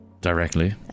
Directly